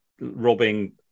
robbing